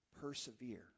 persevere